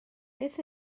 beth